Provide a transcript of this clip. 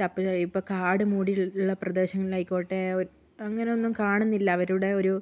ചപ്പല് ഇപ്പോൾ കാട് മൂടിയുള്ള പ്രദേശങ്ങളിലായിക്കോട്ടെ ഒരു അങ്ങനെയൊന്നും കാണുന്നില്ല അവരുടെ ഒരു